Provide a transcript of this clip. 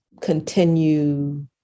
continue